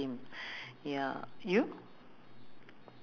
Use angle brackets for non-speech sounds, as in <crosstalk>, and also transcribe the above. <noise> a little bit only not not not far